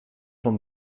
van